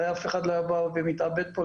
הרי אף אחד לא היה בא ומתאבד פה,